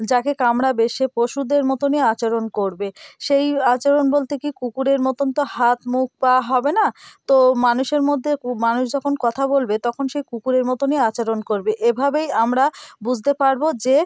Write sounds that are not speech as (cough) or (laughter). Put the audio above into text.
যাকে কামড়াবে সে পশুদের মতনই আচরণ করবে সেই আচরণ বলতে কী কুকুরের মতন তো হাত মুখ পা হবে না তো মানুষের মধ্যে (unintelligible) মানুষ যখন কথা বলবে তখন সে কুকুরের মতনই আচরণ করবে এভাবেই আমরা বুঝতে পারব যে